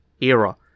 era